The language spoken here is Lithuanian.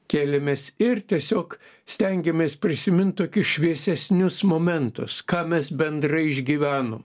kėlėmės ir tiesiog stengėmės prisimint tokius šviesesnius momentus ką mes bendrai išgyvenom